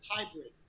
Hybrid